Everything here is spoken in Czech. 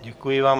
Děkuji vám.